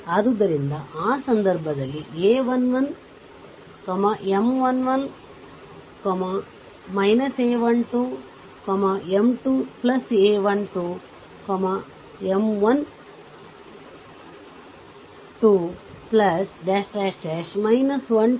ಆದ್ದರಿಂದ ಆ ಸಂದರ್ಭದಲ್ಲಿ a 1 1 M 1 1 a 1 2 M 2 a 1 2 M 1 2